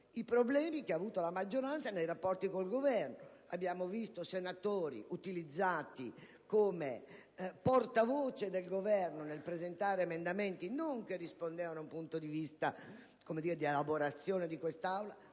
i problemi che ha avuto la maggioranza nei rapporti con il Governo: abbiamo visto senatori utilizzati come portavoce del Governo, nel presentare emendamenti che rispondevano non ad una elaborazione di questa